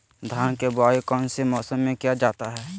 धान के बोआई कौन सी मौसम में किया जाता है?